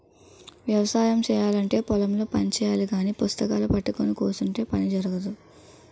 వ్యవసాయము చేయాలంటే పొలం లో పని చెయ్యాలగాని పుస్తకాలూ పట్టుకొని కుసుంటే పని జరగదు